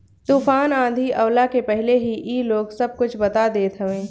तूफ़ान आंधी आवला के पहिले ही इ लोग सब कुछ बता देत हवे